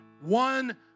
one